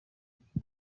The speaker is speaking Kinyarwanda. kurusha